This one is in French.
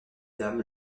dames